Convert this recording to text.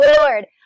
Lord